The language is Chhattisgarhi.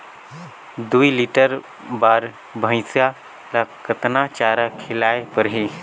दुई लीटर बार भइंसिया ला कतना चारा खिलाय परही?